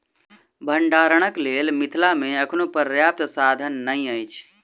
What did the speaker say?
भंडारणक लेल मिथिला मे अखनो पर्याप्त साधन नै अछि